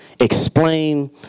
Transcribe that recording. explain